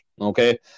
okay